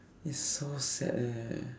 it's so sad leh